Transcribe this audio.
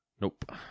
Nope